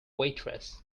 waitress